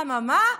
אממה?